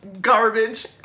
garbage